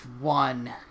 one